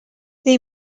they